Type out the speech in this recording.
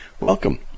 Welcome